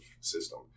system